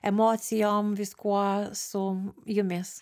emocijom viskuo sum jumis